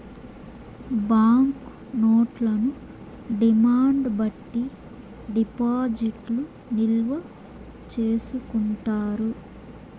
bank నోట్లను demand బట్టి డిపాజిట్లు నిల్వ చేసుకుంటారు